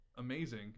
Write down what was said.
amazing